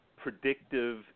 predictive